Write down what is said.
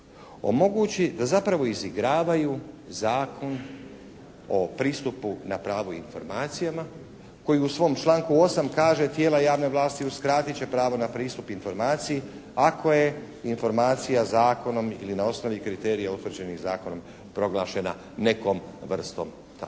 omogući da zapravo izigravaju zakon o pristupu na pravo informacijama koji u svom članku 8. kaže: "Tijela javne vlasti uskratit će pristup na pravo informaciji ako je informacija zakonom ili na osnovi kriterija utvrđenih zakonom proglašena nekom vrstom tajne.",